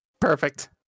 Perfect